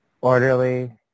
Orderly